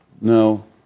no